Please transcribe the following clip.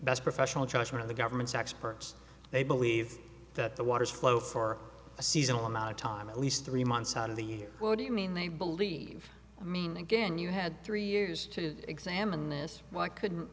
best professional judgment of the government's experts they believe that the waters flow for a seasonal amount of time at least three months out of the year what do you mean they believe i mean again you had three years to examine this why couldn't